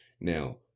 Now